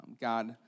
God